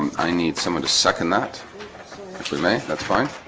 um i need someone to second that actually may that's fine